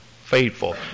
faithful